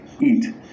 eat